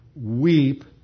weep